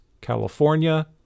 California